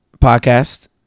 podcast